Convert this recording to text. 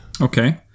Okay